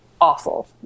awful